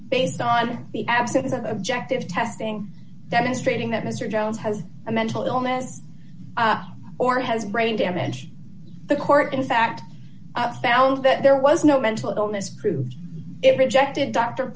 based on the absence of objective testing demonstrating that mr jones has a mental illness or has brain damage the court in fact i've found that there was no mental illness proved it rejected dr